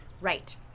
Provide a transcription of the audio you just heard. Right